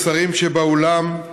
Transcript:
השרים שבאולם,